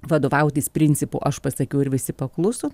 vadovautis principu aš pasakiau ir visi pakluso